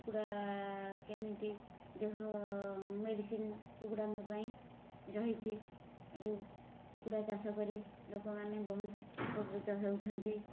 କୁକୁଡ଼ା କେମିତି ଦେହ ମେଡ଼ିସିନ୍ କୁକୁଡ଼ାଙ୍କ ପାଇଁ ରହିଛି କୁକୁଡ଼ା ଚାଷ କରି ଲୋକମାନେ ବହୁତ ଉପକୃତ ହେଉଛନ୍ତି